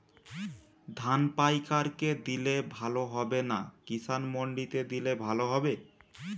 ধান পাইকার কে দিলে ভালো হবে না কিষান মন্ডিতে দিলে ভালো হবে?